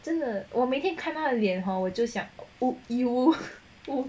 真的我每天看她的脸 hor 就想